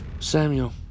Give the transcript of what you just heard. Samuel